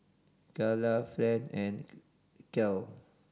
Calla Friend and Kale